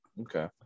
Okay